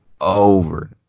over